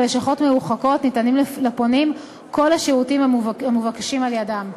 בלשכות מרוחקות ניתנים לפונים כל השירותים המבוקשים על-ידם.